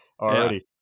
already